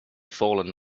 fallen